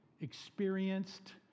experienced